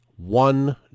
One